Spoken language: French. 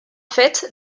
fait